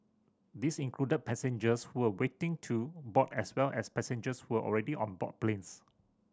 these included passengers who were waiting to board as well as passengers who were already on board planes